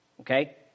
okay